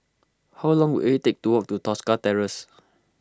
how long will it take to walk to Tosca Terrace